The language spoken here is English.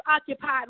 occupied